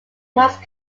most